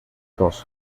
dos